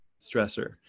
stressor